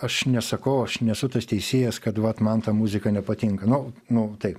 aš nesakau aš nesu tas teisėjas kad vat man ta muzika nepatinka nu nu taip